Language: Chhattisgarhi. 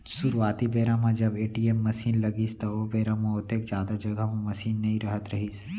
सुरूवाती बेरा म जब ए.टी.एम मसीन लगिस त ओ बेरा म ओतेक जादा जघा म मसीन नइ रहत रहिस